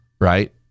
right